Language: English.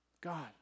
God